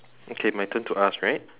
okay my turn to ask right